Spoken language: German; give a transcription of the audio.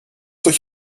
durch